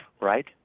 right